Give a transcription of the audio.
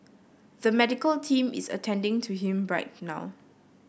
the medical team is attending to him right now